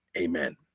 Amen